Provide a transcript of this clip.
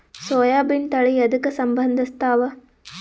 ಸೋಯಾಬಿನ ತಳಿ ಎದಕ ಸಂಭಂದಸತ್ತಾವ?